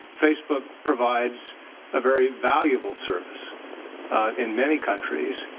facebook provides a very valuable service in many countries.